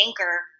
anchor